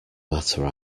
matter